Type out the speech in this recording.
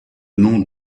nom